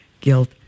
guilt